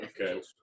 Okay